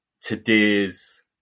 today's